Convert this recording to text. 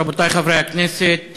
רבותי חברי הכנסת,